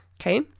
Okay